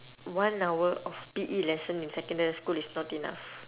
one hour of P_E lesson in secondary school is not enough